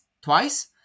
twice